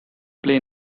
play